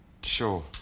Sure